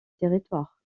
territoire